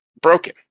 broken